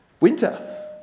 winter